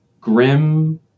Grim